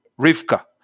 Rivka